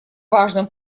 важным